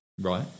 Right